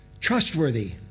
trustworthy